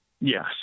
yes